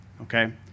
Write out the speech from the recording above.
Okay